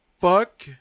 fuck